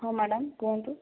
ହଁ ମ୍ୟାଡ଼ାମ କୁହନ୍ତୁ